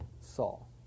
Saul